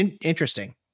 interesting